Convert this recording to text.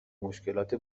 مشکلات